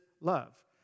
love